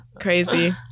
crazy